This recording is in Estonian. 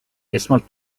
esmalt